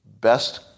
best